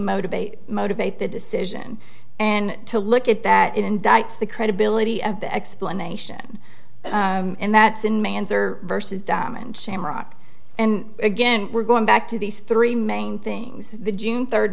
motivate motivate the decision and to look at that indicts the credibility of the explanation and that's in mansour versus diamond shamrock and again we're going back to these three main things the june third